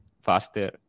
faster